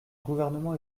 gouvernement